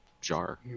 jar